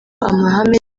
amahame